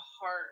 heart